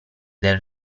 del